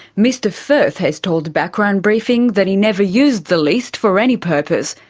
mr firth has told background briefing that he never used the list for any purpose,